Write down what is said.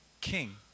King